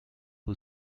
who